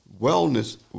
wellness